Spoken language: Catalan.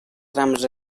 trams